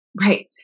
Right